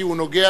כי הוא נוגע,